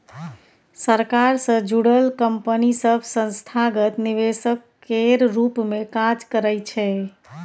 सरकार सँ जुड़ल कंपनी सब संस्थागत निवेशक केर रूप मे काज करइ छै